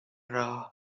راه